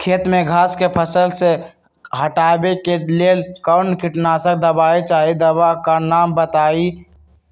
खेत में घास के फसल से हटावे के लेल कौन किटनाशक दवाई चाहि दवा का नाम बताआई?